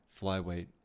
flyweight